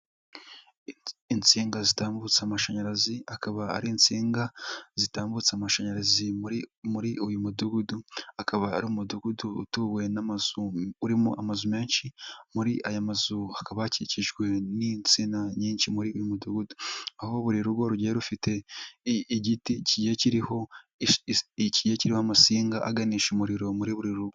Insinga zitambutsa amashanyarazi akaba ari insinga zitambutsa amashanyarazi muri uyu mudugudu, akaba ari umudugudu utuwe n'amazu menshi muri aya mazu hakaba hakikijwe n'insina nyinshi muri uyu mudugudu aho buri rugo rugiye rufite igiti kigiye kiriho amasinga aganisha umuriro muri buri rugo.